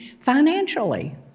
financially